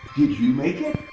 did you make it?